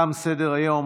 תם סדר-היום.